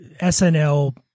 SNL